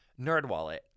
NerdWallet